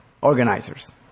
organizers